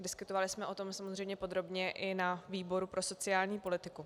Diskutovali jsme o tom samozřejmě podrobně i na výboru pro sociální politiku.